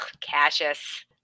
Cassius